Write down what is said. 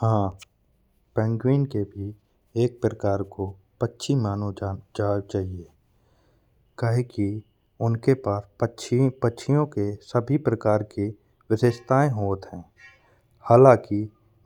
हाँ पेंगुइन के भी एक प्रकार को पक्षी मानो चाहिए। कहे कि उनके पक्षियों के सभी प्रकार की विशेषताय होत हैं हाला